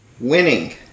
Winning